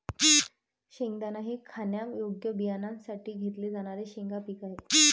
शेंगदाणा हे खाण्यायोग्य बियाण्यांसाठी घेतले जाणारे शेंगा पीक आहे